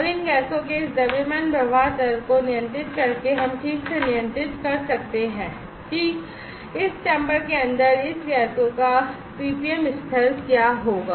और इन गैसों के इस द्रव्यमान प्रवाह दर को नियंत्रित करके हम ठीक से नियंत्रित कर सकते हैं कि इस चैम्बर के अंदर इस गैसों का पीपीएम स्तर क्या होगा